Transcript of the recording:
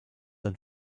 dann